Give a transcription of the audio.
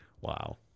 Wow